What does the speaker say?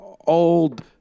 old